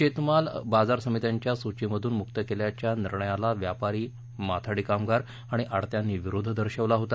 शेतमाल बाजारसमित्यांच्या सूचीमधून मुक्त केल्याच्या निर्णयाला व्यापारी माथाडी कामगार आणि आडत्यांनी विरोध दर्शवला होता